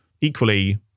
equally